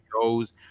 goes